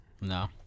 No